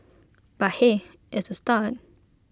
but hey it's A start